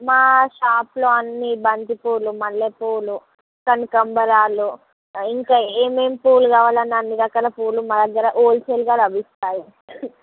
మా షాప్లో అన్ని బంతి పూలు మల్లె పూలు కనకాంబరాలు ఇంకా ఏమేమి పూలు కావాలన్నా అన్ని రకాల పూలు మా దగ్గర హోల్సేల్గా లభిస్తాయి